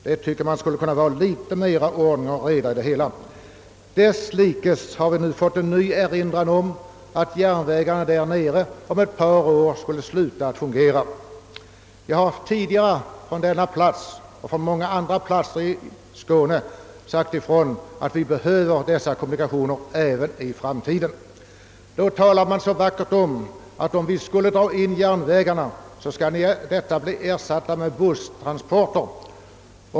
Det bör vara litet mer ordning och reda i sådana ändringar. Vidare har vi nu fått en ny erinran om att järnvägarna i våra trakter om ett par år skall läggas ned. Jag har tidigare både från denna talarstol och många platser i Skåne förklarat att vi behöver våra kommunikationer även i framtiden. Man talar så vackert om att för den händelse någon järnväg läggs ned skall den ersättas med bussar.